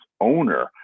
owner